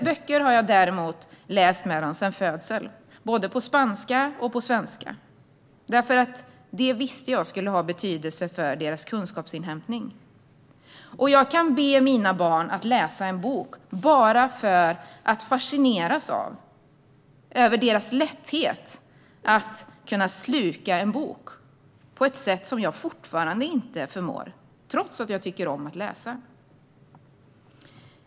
Böcker har jag däremot läst för dem sedan de föddes, både på spanska och på svenska, därför att jag visste att det skulle ha betydelse för deras kunskapsinhämtning. Jag kan be mina barn att läsa en bok bara för att fascineras av deras lätthet att kunna sluka en bok på ett sätt som jag fortfarande inte förmår, trots att jag tycker om att läsa.